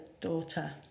daughter